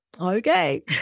Okay